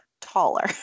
taller